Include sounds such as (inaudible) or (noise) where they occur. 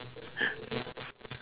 (laughs)